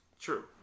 True